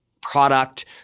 product